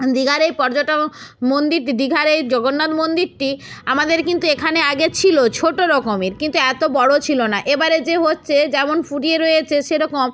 দীঘার এই পর্যটক মন্দির দীঘার এই জগন্নাথ মন্দিরটি আমাদের কিন্তু এখানে আগে ছিল ছোট রকমের কিন্তু এত বড় ছিল না এবারে যে হচ্ছে যেমন ফুরিয়ে রয়েছে সেরকম